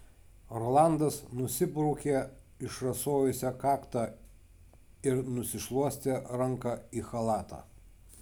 rolandas nusibraukė išrasojusią kaktą ir nusišluostė ranką į chalatą